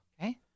Okay